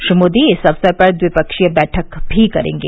श्री मोदी इस अवसर पर द्विपक्षीय बैठक भी करेंगे